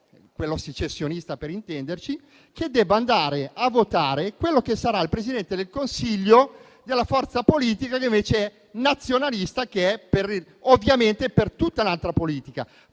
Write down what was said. (quella secessionista, per intenderci) debba andare a votare quello che sarà il Presidente del Consiglio della forza politica nazionalista, che ovviamente è per tutta un'altra politica.